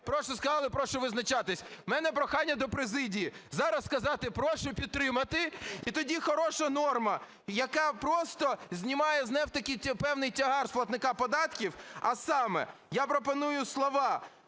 - сказали, - прошу визначатись". В мене прохання до президії зараз сказати: "Прошу підтримати", - і тоді хороша норма, яка просто знімає знов-таки певний тягар з платника податків, а саме я пропоную слова